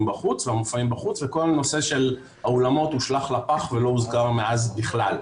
בחוץ והמופעים בחוץ וכל הנושא של האולמות הושלך לפח ולא נזכר מאז בכלל.